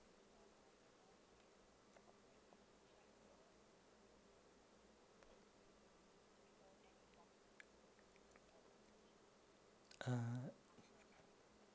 uh